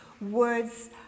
words